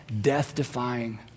death-defying